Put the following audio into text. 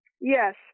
Yes